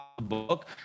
book